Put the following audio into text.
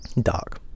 dark